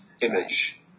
image